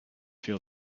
feel